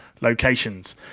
locations